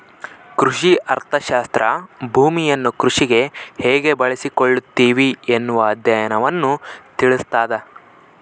ಕೃಷಿ ಅರ್ಥಶಾಸ್ತ್ರ ಭೂಮಿಯನ್ನು ಕೃಷಿಗೆ ಹೇಗೆ ಬಳಸಿಕೊಳ್ಳುತ್ತಿವಿ ಎನ್ನುವ ಅಧ್ಯಯನವನ್ನು ತಿಳಿಸ್ತಾದ